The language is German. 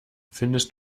findest